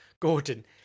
Gordon